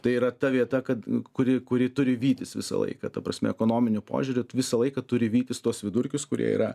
tai yra ta vieta kad kuri kuri turi vytis visą laiką ta prasme ekonominiu požiūriu visą laiką turi vytis tuos vidurkius kurie yra